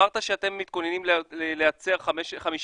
מצד אחד אמרת שאתם מתכוונים לייצר 15